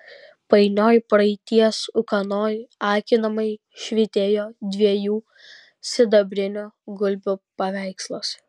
painioj praeities ūkanoj akinamai švytėjo dviejų sidabrinių gulbių paveikslas